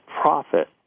profit